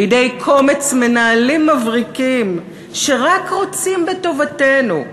בידי קומץ מנהלים מבריקים שרק רוצים בטובתנו,